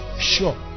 sure